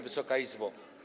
Wysoka Izbo!